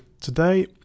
today